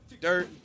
Dirt